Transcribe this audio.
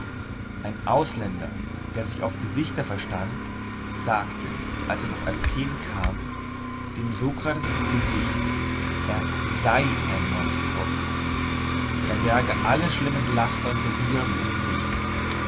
ein ausländer der sich auf gesichter verstand sagte als er durch athen kam dem sokrates in's gesicht er sei ein monstrum er berge alle schlimmen laster und begierden in sich